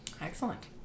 Excellent